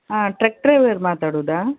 ಹಾಂ truck driver ಮಾತಾಡೋದಾ